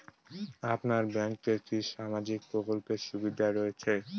আপনার ব্যাংকে কি সামাজিক প্রকল্পের সুবিধা রয়েছে?